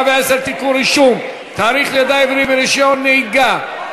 110) (תיקון) (רישום תאריך לידה עברי ברישיון נהיגה,